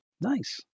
Nice